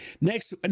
Next